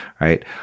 right